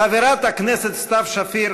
חברת הכנסת סתיו שפיר,